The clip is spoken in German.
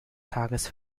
tages